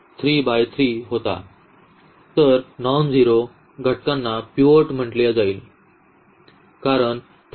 तर अशा घटकांना अशा नॉनझेरो घटकांना पिव्होट म्हटले जाईल कारण त्यांच्यात खूप महत्वाची भूमिका आहे